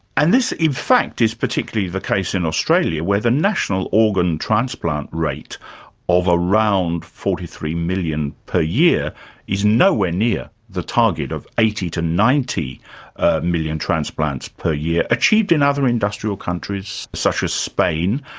and this, in fact, is particularly the case in australia, where the national organ transplant rate of around forty three million per year is nowhere near the target of eighty to ninety million transplants per year achieved in other industrial countries such as spain.